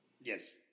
Yes